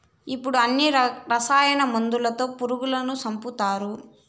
ఇప్పుడు అన్ని రసాయన మందులతో పురుగులను సంపుతారు